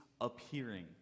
appearing